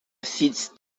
assiste